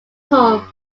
home